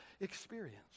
experience